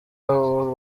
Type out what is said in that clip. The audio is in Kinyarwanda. abo